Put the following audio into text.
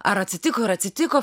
ar atsitiko ir atsitiko